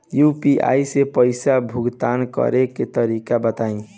UPI से पईसा भुगतान करे के तरीका बताई?